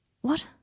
What